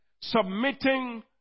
submitting